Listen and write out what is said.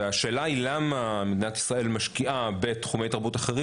השאלה היא למה מדינת ישראל משקיעה בתחומי תרבות אחרים